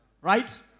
Right